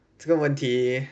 这个问题